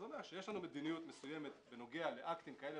זה אומר שיש לנו מדיניות מסוימת בנוגע לאקטים כאלה